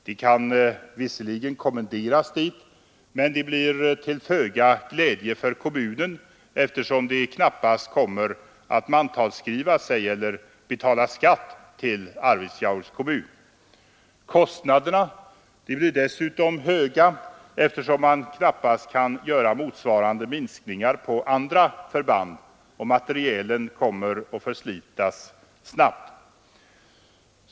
Befäl kan visserligen kommenderas dit, men dessa människor blir till föga glädje för kommunen eftersom de knappast kommer att mantalskriva sig i eller betala skatt till Arvidsjaurs kommun. Kostnaderna blir dessutom höga eftersom man knappast kan göra motsvarande minskningar på andra förband, och materielen kommer att förslitas snabbt.